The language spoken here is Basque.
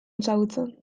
ezagutzen